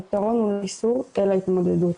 אז הפתרון הוא לא איסור אלא התמודדות.